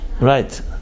Right